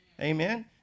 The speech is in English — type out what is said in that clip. amen